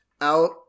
out